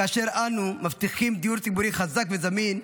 כאשר אנו מבטיחים דיור ציבורי חזק וזמין,